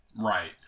right